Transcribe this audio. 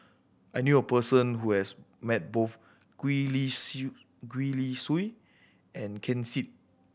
I knew a person who has met both Gwee Li Gwee Li Sui and Ken Seet